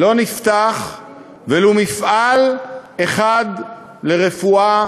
לא נפתח ולו מפעל אחד לרפואה